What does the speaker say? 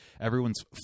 Everyone's